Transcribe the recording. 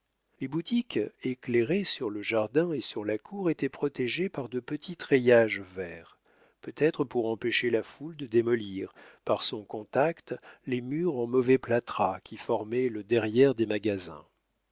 les boutiques éclairées sur le jardin et sur la cour étaient protégées par de petits treillages verts peut-être pour empêcher la foule de démolir par son contact les murs en mauvais plâtras qui formaient le derrière des magasins